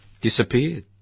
Disappeared